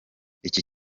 iki